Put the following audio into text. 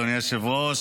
אדוני היושב-ראש.